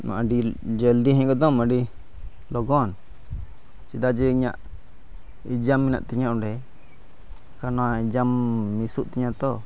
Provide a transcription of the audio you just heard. ᱟᱹᱰᱤ ᱡᱚᱞᱫᱤ ᱦᱮᱡ ᱜᱚᱫᱚᱜ ᱟᱢ ᱟᱹᱰᱤ ᱞᱚᱜᱚᱱ ᱪᱮᱫᱟᱜ ᱡᱮ ᱤᱧᱟᱹᱜ ᱮᱠᱡᱟᱢ ᱢᱮᱱᱟᱜ ᱛᱤᱧᱟ ᱚᱸᱰᱮ ᱵᱟᱠᱷᱟᱱ ᱚᱱᱟ ᱮᱠᱡᱟᱢ ᱢᱤᱥᱚᱜ ᱛᱤᱧᱟ ᱛᱚ